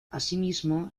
asimismo